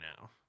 now